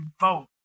vote